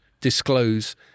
disclose